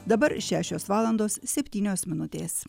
dabar šešios valandos septynios minutės